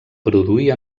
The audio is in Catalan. produir